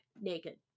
naked